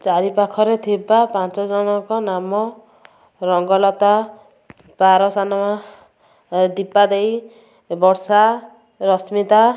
ଚାରି ପାଖରେ ଥିବା ପାଞ୍ଚ ଜଣଙ୍କ ନାମ ରଙ୍ଗଲତା ପାର ସାନମା ଦୀପା ଦେଇ ବର୍ଷା ରଶ୍ମିତା